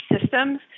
systems